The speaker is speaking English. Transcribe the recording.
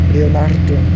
Leonardo